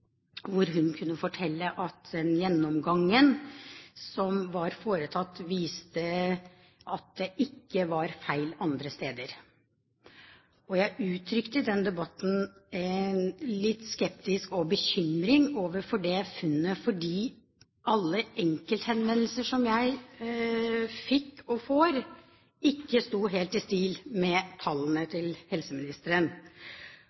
hvor hun kunne fortelle at den gjennomgangen som var foretatt, viste at det ikke var feil andre steder. Jeg uttrykte i den debatten litt skepsis og bekymring overfor dette funnet, fordi alle enkelthenvendelser som jeg fikk, og får, ikke sto helt i stil med tallene